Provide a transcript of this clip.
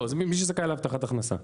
לא, זה מי שזכאי להבטחת הכנסה.